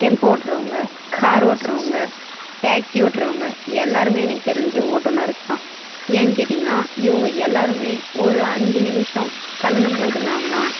tempo ஓட்டுறவுங்க car ஓட்டுறவுங்க taxi ஓட்டுறவுங்க எல்லாேருமே எனக்கு தெரிஞ்சு ஓட்டுநர்ஸ் தான் ஏன்னெனு கேட்டீங்கன்னால் இவங்க எல்லாேருமே ஒரு அஞ்சு நிமிஷம் கண் மூடினாங்கன்னா